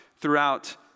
throughout